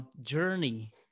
journey